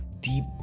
deep